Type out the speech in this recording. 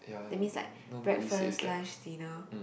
that's mean like breakfast lunch dinner